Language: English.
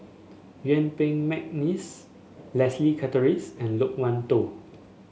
Yuen Peng McNeice Leslie Charteris and Loke Wan Tho